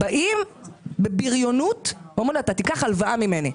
באים בבריונות ואומרים לו אתה תיקח ממני הלוואה.